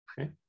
Okay